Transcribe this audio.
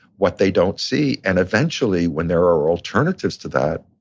what they don't see. and eventually when there are alternatives to that,